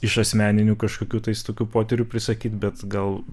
iš asmeninių kažkokių tais tokių potyrių prisakyt bet gal